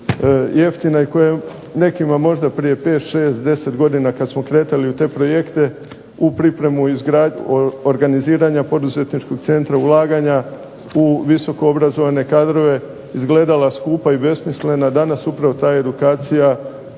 jeftina i koja nekima možda prije 5, 6, 10 godina kad smo kretali u te projekte, u pripremu organiziranja Poduzetničkog centra, ulaganja u visoko obrazovane kadrove izgledala skupa i besmislena, danas upravo ta edukacija